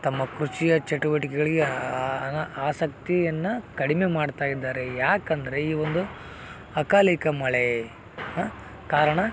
ತಮ್ಮ ಕೃಷಿಯ ಚಟುವಟಿಕೆಗಳಿಗೆ ಅನಾ ಆಸಕ್ತಿಯನ್ನು ಕಡಿಮೆ ಮಾಡ್ತಾಯಿದ್ದಾರೆ ಯಾಕೆಂದ್ರೆ ಈ ಒಂದು ಅಕಾಲಿಕ ಮಳೆ ಕಾರಣ